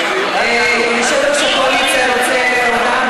יושב-ראש הקואליציה רוצה הודעה,